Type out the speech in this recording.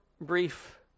brief